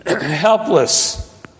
helpless